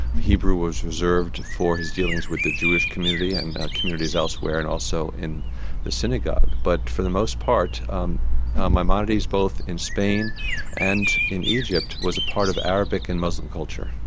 hebrew was reserved for his dealings with the jewish community, and communities elsewhere and also in the synagogue. but for the most part um maimonides both in spain and in egypt was a part of arabic and muslim culture.